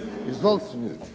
tajniče sa suradnicom.